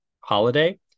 holiday